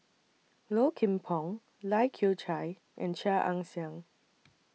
Low Kim Pong Lai Kew Chai and Chia Ann Siang